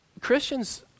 Christians